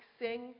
sing